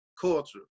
culture